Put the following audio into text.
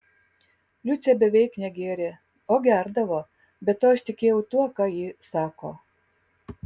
liucė beveik negėrė o gerdavo be to aš tikėjau tuo ką ji sako